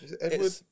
Edward